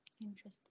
Interesting